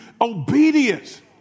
obedience